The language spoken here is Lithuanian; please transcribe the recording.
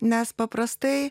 nes paprastai